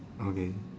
okay